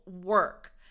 work